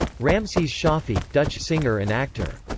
ramses shaffy, dutch singer and actor.